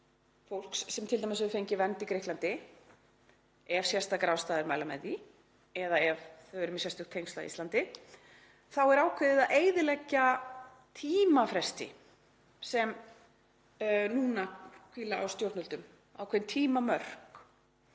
fólks sem t.d. hefur fengið vernd í Grikklandi, ef sérstakar ástæður mæla með því eða ef það er með sérstök tengsl á Íslandi, er ákveðið að eyðileggja tímafresti sem núna hvíla á stjórnvöldum, ákveðin tímamörk